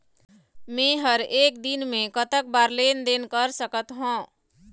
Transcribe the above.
मे हर एक दिन मे कतक बार लेन देन कर सकत हों?